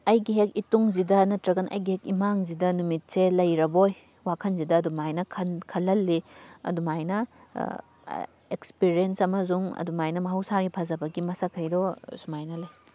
ꯑꯩꯒꯤ ꯍꯦꯛ ꯏꯇꯨꯡꯁꯤꯗ ꯅꯠꯇ꯭ꯔꯒꯅ ꯑꯩꯒꯤ ꯍꯦꯛ ꯏꯃꯥꯡꯁꯤꯗ ꯅꯨꯃꯤꯠꯁꯦ ꯂꯩꯔꯕꯣꯏ ꯋꯥꯈꯜꯁꯤꯗ ꯑꯗꯨꯃꯥꯏꯅ ꯈꯜꯍꯜꯂꯤ ꯑꯗꯨꯃꯥꯏꯅ ꯑꯦꯛꯁꯄꯤꯔꯦꯟꯁ ꯑꯃꯁꯨꯡ ꯑꯗꯨꯃꯥꯏꯅ ꯃꯍꯧꯁꯥꯒꯤ ꯐꯖꯕꯒꯤ ꯃꯁꯛꯈꯩꯗꯣ ꯁꯨꯃꯥꯏꯅ ꯂꯩ